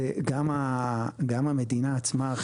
גם המדינה עצמה,